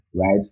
right